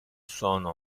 sono